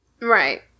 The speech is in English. Right